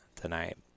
tonight